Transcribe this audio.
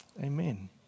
Amen